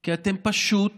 כי אתם פשוט